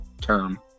term